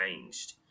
changed